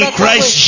Christ